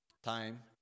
time